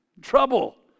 Trouble